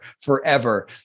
forever